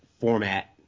format